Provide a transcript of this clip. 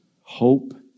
Hope